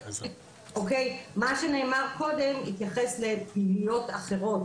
מה שנאמר קודם התייחס לפעילויות אחרות